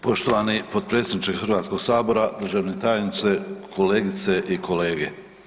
Poštovani podpredsjedniče Hrvatskog sabora, državni tajniče, kolegice i kolege.